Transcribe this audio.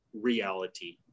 reality